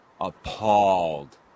appalled